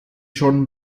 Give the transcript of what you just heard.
schon